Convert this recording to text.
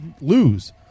lose